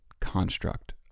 construct